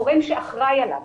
גורם שאחראי עליו.